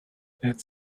its